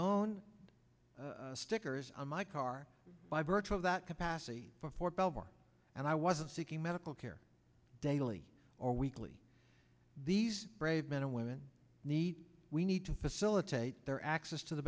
own stickers on my car by virtue of that capacity for fort belvoir and i wasn't seeking medical care daily or weekly these brave men and women need we need to facilitate their access to the